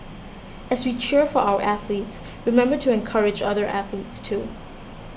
as we cheer for our athletes remember to encourage other athletes too